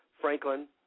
Franklin